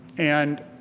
and